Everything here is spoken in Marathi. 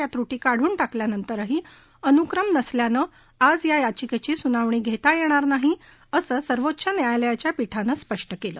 या त्रुटी काढून टाकल्यानंतरही अनुक्रम नसल्यानं आज या याचिकेची सुनावणी घेता येणार नाही असं सर्वोच्च न्यायालयाच्या पीठानं स्पष्ट केलं